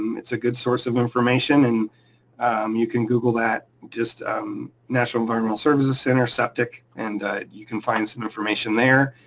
um it's a good source of information and um you can google that, that, just national environmental services center, septic, and you can find some information there.